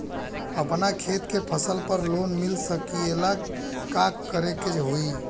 अपना खेत के फसल पर लोन मिल सकीएला का करे के होई?